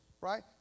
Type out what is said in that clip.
right